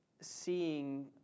seeing –